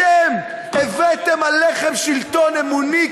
אתם הבאתם עליכם שלטון אמוני,